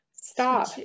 stop